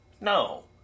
No